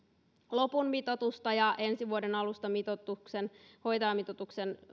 lopun mitoitusta ja ensi vuoden alusta hoitajamitoituksen